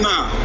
Now